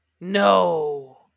No